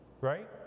right